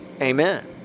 Amen